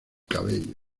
cabello